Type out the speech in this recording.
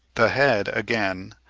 the head, again,